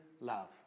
love